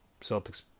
Celtics